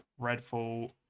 Redfall